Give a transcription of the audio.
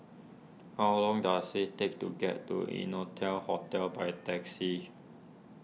how long does it take to get to Innotel Hotel by taxi